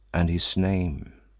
and his name,